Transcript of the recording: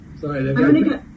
Sorry